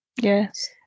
Yes